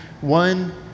One